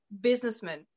businessman